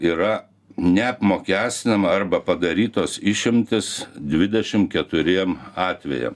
yra neapmokestinama arba padarytos išimtys dvidešim keturiem atvejam